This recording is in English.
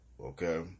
okay